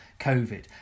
COVID